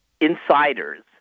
insiders